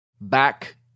Back